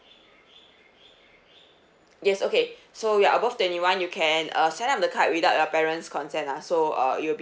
yes okay so you are above twenty one you can uh sign up the card without your parent's consent ah so uh it will be